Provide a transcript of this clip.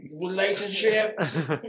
relationships